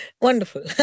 Wonderful